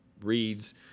reads